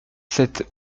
sept